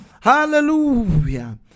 Hallelujah